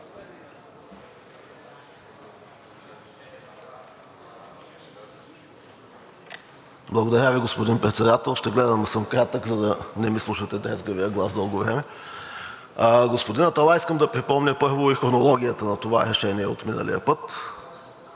Благодаря Ви, господин Председател. Ще гледам да съм кратък, за да не ми слушате дрезгавия глас дълго време. Господин Аталай, искам да припомня, първо, хронологията на това решение от миналия път.